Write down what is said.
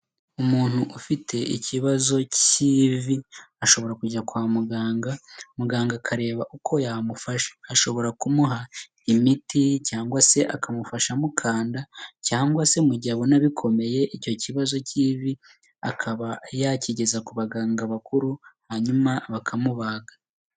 Umuntu ufite ikibazo cy'ivi, ashobora kujya kwa muganga , muganga akareba uko yamufasha. Ashobora kumuha imiti cyangwa se akamufasha amukanda cyangwa se mu gihe abona bikomeye icyo kibazo cy'ivi akaba yakigeza ku baganga bakuru hanyuma bakamubaga.